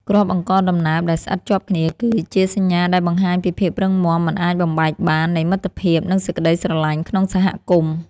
គ្រាប់អង្ករដំណើបដែលស្អិតជាប់គ្នាគឺ ជាសញ្ញាដែលបង្ហាញពីភាពរឹងមាំមិនអាចបំបែកបាននៃមិត្តភាពនិងសេចក្ដីស្រឡាញ់ក្នុងសហគមន៍។